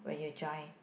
when you join